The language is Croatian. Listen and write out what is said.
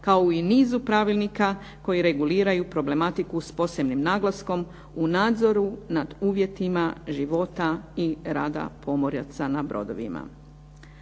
kao u nizu pravilnika koji reguliraju problematiku s posebnim naglaskom u nadzoru nad uvjetima života i rada pomoraca na brodovima.